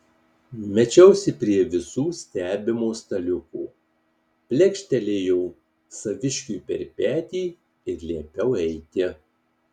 mečiausi prie visų stebimo staliuko plekštelėjau saviškiui per petį ir liepiau eiti